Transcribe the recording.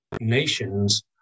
nations